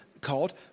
called